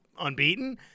unbeaten